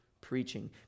preaching